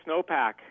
snowpack